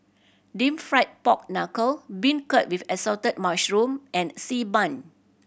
Deep Fried Pork Knuckle beancurd with Assorted Mushrooms and Xi Ban